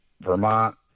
Vermont